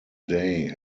day